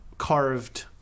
carved